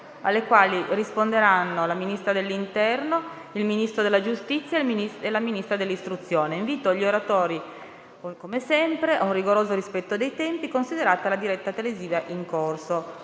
alle quali risponderanno il Ministro dell'interno, il Ministro della giustizia e il Ministro dell'istruzione. Invito gli oratori ad un rigoroso rispetto dei tempi, considerata la diretta televisiva in corso.